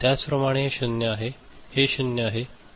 त्याचप्रमाणे हे 0 आहे हे 0 आहे